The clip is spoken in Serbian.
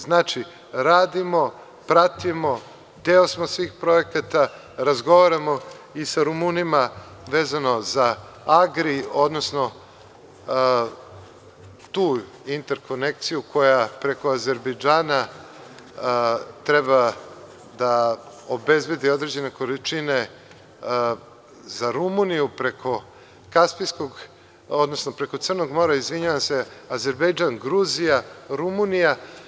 Znači, radimo, pratimo, deo smo svih projekata, razgovaramo i sa Rumunima, vezano za „Agri“, odnosno tu interkonekciju koja preko Azerbejdžana treba da obezbedi određene količine za Rumuniju, preko Crnog mora, Azerbejdžan – Gruzija – Rumunija.